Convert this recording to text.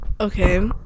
Okay